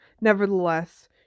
Nevertheless